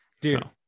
dude